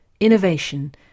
Innovation